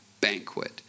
Banquet